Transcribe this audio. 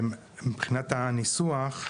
מבחינת הניסוח,